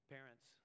Parents